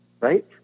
right